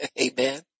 amen